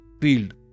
field